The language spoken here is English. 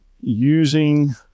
Using